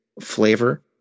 flavor